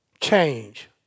change